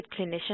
clinician